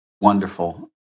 wonderful